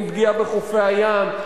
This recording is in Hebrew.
עם פגיעה בחופי הים,